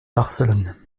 barcelone